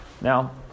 Now